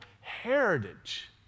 heritage